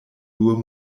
nur